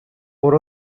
por